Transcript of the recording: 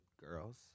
girls